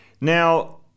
now